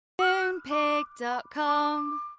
Moonpig.com